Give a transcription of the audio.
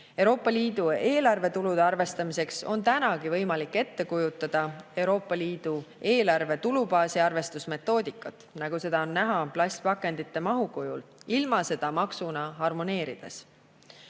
Euroopa Liidu eelarvetulude arvestamiseks on tänagi võimalik ette kujutada Euroopa Liidu eelarve tulubaasi arvestusmetoodikat, nagu see praegu on plastpakendite mahu kujul, ilma seda maksuna harmoneerides.